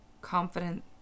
confident